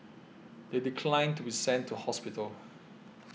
they declined to be sent to hospital